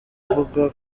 ukuvuga